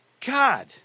God